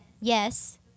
Yes